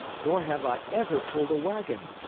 nor have i ever pulled a wagon.